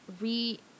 re-